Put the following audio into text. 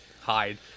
hide